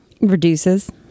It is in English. Reduces